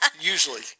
Usually